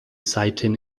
seiten